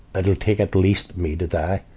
it'll take at least me to die,